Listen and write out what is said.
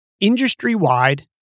industry-wide